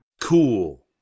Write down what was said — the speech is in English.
cool